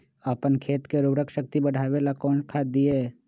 अपन खेत के उर्वरक शक्ति बढावेला कौन खाद दीये?